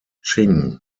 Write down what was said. ching